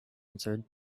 answered